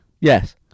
Yes